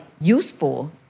useful